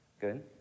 Good